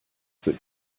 that